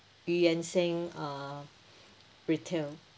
eu yan sang uh retail